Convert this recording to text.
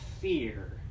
fear